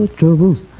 troubles